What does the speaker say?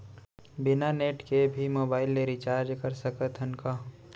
बिना नेट के भी मोबाइल ले रिचार्ज कर सकत हन का?